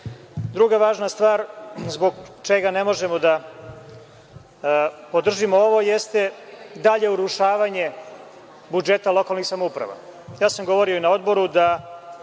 itd. Druga važna stvar zbog čega ne možemo da podržimo ovo jeste dalje urušavanje budžeta lokalnih samouprava. Govorio sam i na odboru da